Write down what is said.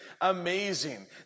amazing